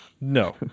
No